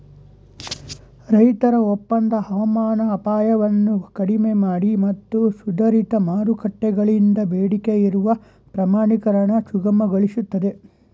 ರೈತರ ಒಪ್ಪಂದ ಹವಾಮಾನ ಅಪಾಯವನ್ನು ಕಡಿಮೆಮಾಡಿ ಮತ್ತು ಸುಧಾರಿತ ಮಾರುಕಟ್ಟೆಗಳಿಂದ ಬೇಡಿಕೆಯಿರುವ ಪ್ರಮಾಣೀಕರಣ ಸುಗಮಗೊಳಿಸ್ತದೆ